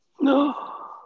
No